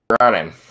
running